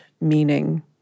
meaning